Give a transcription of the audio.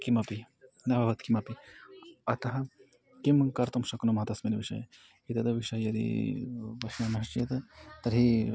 किमपि न अभवत् किमपि अतः किं कर्तुं शक्नुमः तस्मिन् विषये एतद् विषये यदी पश्यामश्चेत् तर्हि